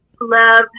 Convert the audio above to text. Love